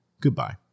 Goodbye